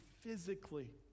physically